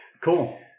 Cool